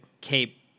cape